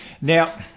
Now